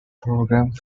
programme